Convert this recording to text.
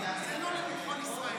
זה לא לביטחון ישראל,